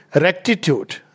rectitude